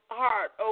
heart